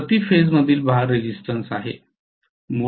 हे प्रति फेजमधील भार रेजिस्टन्स आहे